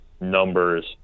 numbers